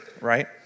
Right